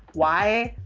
why?